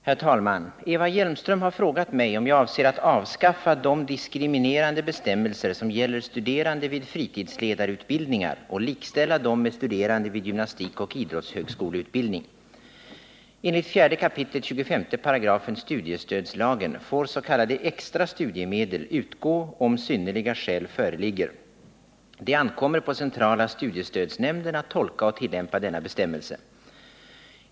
Herr talman! Eva Hjelmström har frågat mig om jag avser att avskaffa de diskriminerande bestämmelser som gäller studerande vid fritidsledarutbildningar och likställa dem med studerande vid gymnastikoch idrottshögskoleutbildning. Enligt 4 kap. 25 § studiestödslagen får s.k. extra studiemedel utgå om synnerliga skäl föreligger. Det ankommer på centrala studiestödsnämnden att tolka och tillämpa denna bestämmelse.